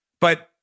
But-